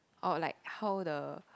or like how the